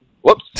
whoops